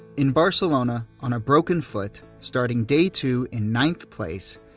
in barcelona, on a broken foot, starting day two in ninth place,